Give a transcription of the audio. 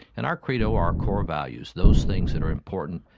and our credo, our core values, those things that are important,